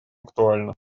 актуальна